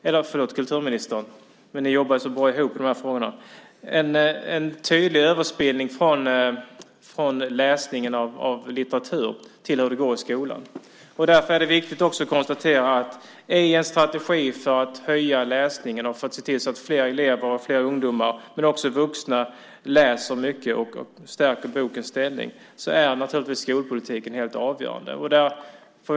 förlåt, jag menar kulturministern - fast jag tycker att ni jobbar så bra ihop i de här frågorna - ett samband mellan läsningen av litteratur och hur det går i skolan. I en strategi för att öka läsningen och för att se till att fler elever, fler ungdomar men också fler vuxna läser mycket och stärker bokens ställning är därför skolpolitiken helt avgörande.